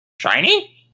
shiny